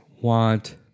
want